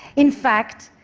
in fact,